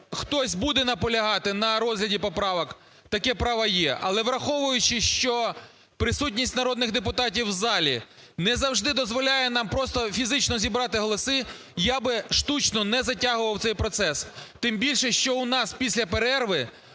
хтось буде наполягати на розгляді поправок, таке право є. Але враховуючи, що присутність народних депутатів в залі не завжди дозволяє нам просто фізично зібрати голоси, я би штучно не затягував цей процес. Тим більше, що у нас після перерви